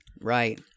Right